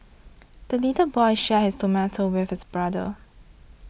the little boy shared his tomato with his brother